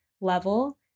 level